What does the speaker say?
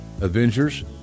Avengers